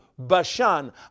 Bashan